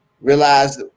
realize